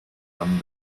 some